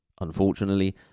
Unfortunately